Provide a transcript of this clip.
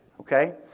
okay